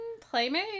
playmate